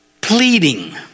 pleading